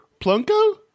Plunko